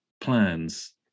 plans